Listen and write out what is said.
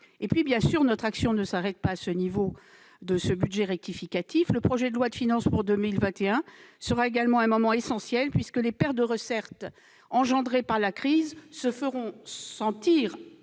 territoriales. Notre action ne s'arrête bien sûr pas à ce budget rectificatif : le projet de loi de finances pour 2021 sera également un moment essentiel, puisque les pertes de recettes engendrées par la crise se feront sentir